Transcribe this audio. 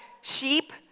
sheep